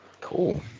Cool